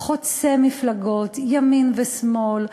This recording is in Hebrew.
חוצה מפלגות, ימין ושמאל,